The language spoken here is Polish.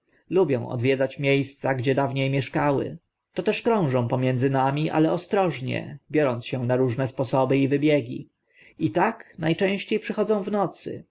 lubią odwiedzać mie sca gdzie dawnie mieszkały toteż krążą pomiędzy nami ale ostrożnie biorąc się na różne sposoby i wybiegi i tak na częście przychodzą w nocy